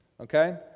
Okay